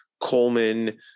Coleman